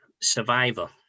Survivor